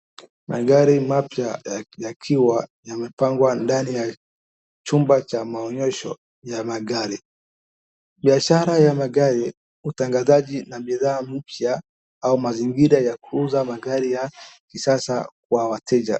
Magari mapya wakiwa yamepangwa ndani ya chumba cha maonyesho ya magari. Biashara ya magari mtu anahitaji bidhaa mpya au mazingira ya kuuza magari ya kisasa kwa wateja.